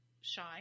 shy